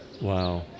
Wow